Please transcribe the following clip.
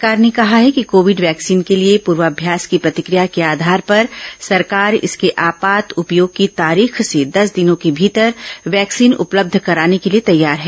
सरकार ने कहा है कि कोविड वैक्सीन के लिए पूर्वाभ्यास की प्रतिक्रिया के आधार पर सरकार इसके आपात उपयोग की तारीख से दस दिनों के भीतर वैक्सीन उपलब्ध कराने के लिए तैयार है